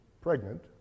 pregnant